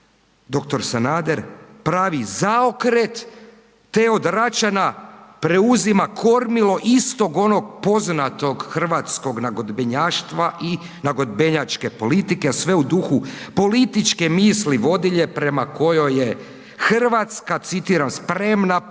dr. Sanader pravi zaokret, te od Račina preuzima kormilo istog onog poznatog hrvatskog nagodbenjaštva i nagodbenjačke politike, a sve u duhu političke misli vodilje prema kojoj je RH, citiram „spremna podnijeti